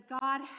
God